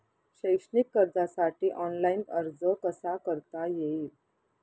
शैक्षणिक कर्जासाठी ऑनलाईन अर्ज कसा करता येईल?